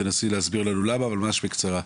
תנסי להסביר לנו למה אבל ממש בקצרה.